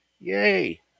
yay